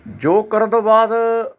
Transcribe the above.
ਯੋਗ ਕਰਨ ਤੋਂ ਬਾਅਦ